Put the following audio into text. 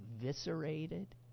eviscerated